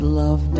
love